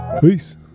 peace